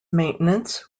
maintenance